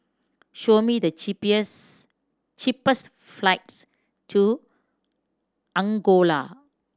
show me the cheapest flights to Angola